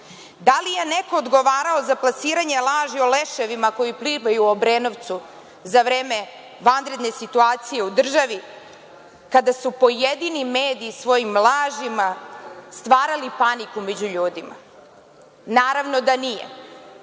Da li je neko odgovarao za plasiranje laži o leševima koji plivaju u Obrenovcu za vreme vanredne situacije u državi, kada su pojedini mediji svojim lažima stvarali paniku među ljudima? Naravno da nije.